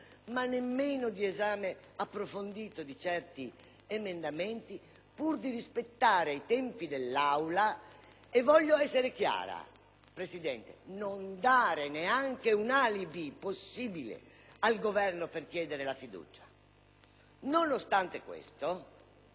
ma anche di esame approfondito di certi emendamenti pur di rispettare i tempi dell'Aula e - voglio essere chiara, signora Presidente - non dare neanche una possibilità di alibi al Governo per chiedere la fiducia. Nonostante questo,